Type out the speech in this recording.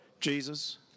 Jesus